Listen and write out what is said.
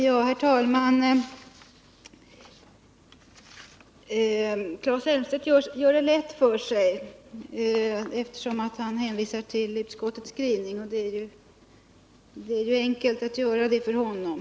Herr talman! Claes Elmstedt gör det lätt för sig och hänvisar till utskottets skrivning. Det är ju enkelt att göra det för honom.